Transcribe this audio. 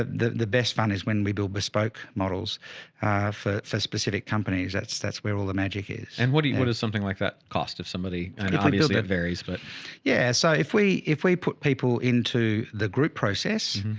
the, the, the best fun is when we build bespoke models for, for specific companies. that's, that's where all the magic is. and what do you, what does something like that cost if somebody, and obviously it varies, but yeah, so if we, if we put people into the group process,